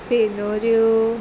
फेनऱ्यो